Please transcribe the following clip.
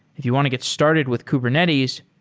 if you want to get started with kubernetes,